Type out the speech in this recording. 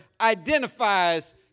identifies